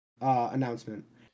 announcement